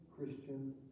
Christian